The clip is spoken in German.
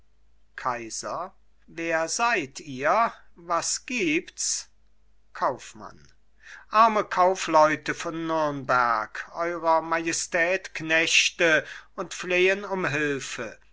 kaiser wer seid ihr was gibt's kaufmann arme kaufleute von nürnberg eurer majestät knechte und flehen um hülfe